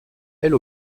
elle